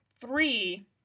Three